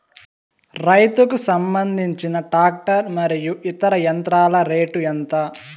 రైతుకు సంబంధించిన టాక్టర్ మరియు ఇతర యంత్రాల రేటు ఎంత?